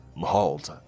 Halt